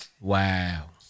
Wow